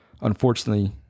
Unfortunately